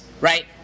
right